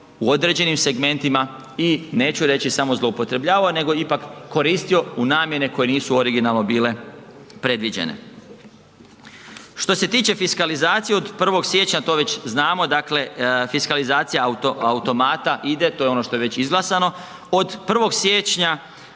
u određenim segmentima i, neću reći, samo zloupotrebljavao nego ipak koristio u namjene koje nisu originalno bile predviđene. Što se tiče fiskalizacije, od 1. siječnja to već znamo, dakle fiskalizacija automata ide, to je ono što je već izglasano, od 1. siječnja